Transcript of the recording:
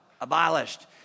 abolished